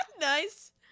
nice